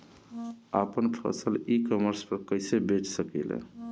आपन फसल e commerce पर कईसे बेच सकिले?